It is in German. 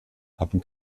haben